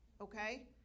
okay